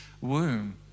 womb